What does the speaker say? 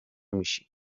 میشی